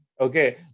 Okay